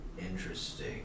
interesting